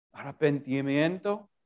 arrepentimiento